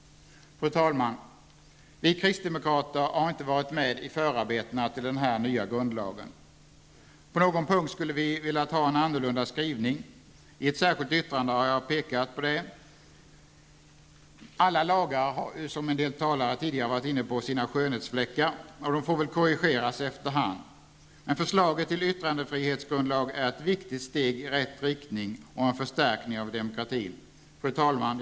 Fru talman! Vi kristdemokrater har inte varit med i förarbetena till denna nya grundlag. På någon punkt skulle vi velat ha en annorlunda skrivning. I ett särskilt yttrande har jag pekat på detta. Alla lagar har sina skönhetsfläckar, och de får väl korrigeras efter hand. Men förslaget till yttrandefrihetsgrundlag är ett viktigt steg i rätt riktning och en förstärkning av demokratin. Fru talman!